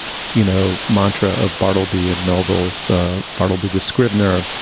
you know, mantra of bartleby at melville's bartleby the scrivener.